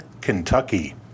Kentucky